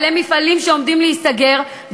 מפעלים שעומדים להיסגר,